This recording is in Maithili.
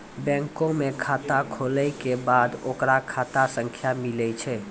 बैंको मे खाता खुलै के बाद ओकरो खाता संख्या मिलै छै